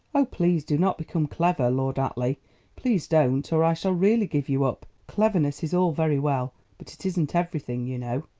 oh, please do not become clever, lord atleigh please don't, or i shall really give you up. cleverness is all very well, but it isn't everything, you know.